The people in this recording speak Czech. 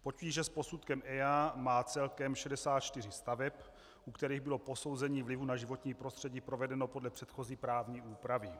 Potíže s posudkem EIA má celkem 64 staveb, u kterých bylo posouzení vlivu na životní prostřední provedeno podle předchozí právní úpravy.